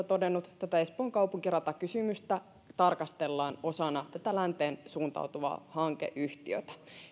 todennut tätä espoon kaupunkiratakysymystä tarkastellaan osana länteen suuntautuvaa hankeyhtiötä